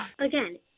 Again